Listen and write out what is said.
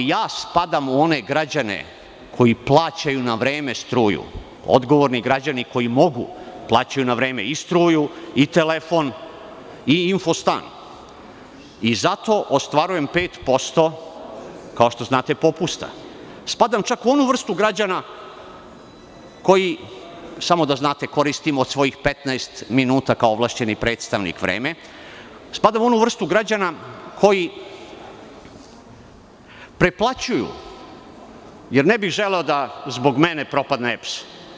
Spadam u one građane koji plaćaju na vreme struju, odgovorni građani koji mogu plaćaju na vreme i struju i telefon i info stan i zato ostvarujem 5%, kao što znate, spadam čak u onu vrstu građana koji, samo da znate, koristim svojih 15 minuta kao ovlašćeni predstavnik, vreme, pretplaćuju, jer ne bih želeo da zbog mene propadne EPS.